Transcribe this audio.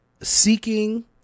seeking